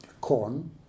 corn